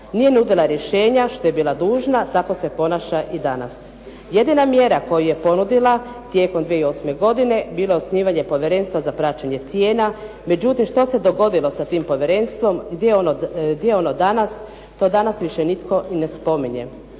Nije nudila rješenja, što je bila dužna, tako se ponaša i danas. Jedina mjera koju je ponudila tijekom 2008. godine bilo je osnivanje Povjerenstva za praćenje cijena, međutim što se dogodilo sa tim povjerenstvom, gdje je ono danas, to danas više nitko i ne spominje.